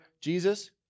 Jesus